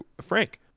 Frank